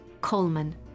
Coleman